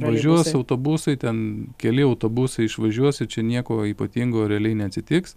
važiuos autobusai ten keli autobusai išvažiuos ir čia nieko ypatingo realiai neatsitiks